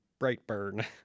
Brightburn